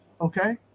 okay